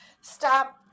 stop